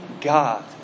God